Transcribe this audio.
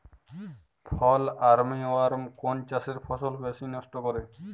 ফল armyworm কোন চাষের ফসল বেশি নষ্ট করে?